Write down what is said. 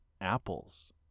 Apples